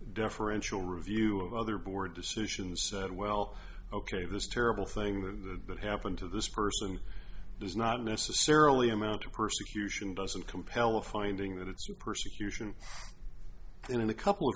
deferential review of other board decisions said well ok this terrible thing that that happened to this person does not necessarily amount to persecution doesn't compel a finding that it's persecution and in a couple of